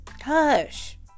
hush